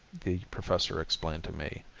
the professor explained to me,